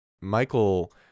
Michael